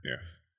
Yes